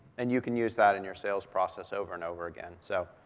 and you can use that in your sales process over and over again, so,